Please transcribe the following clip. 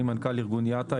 אני מנכ"ל ארגון יאט"א,